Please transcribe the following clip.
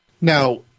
Now